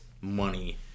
money